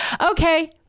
okay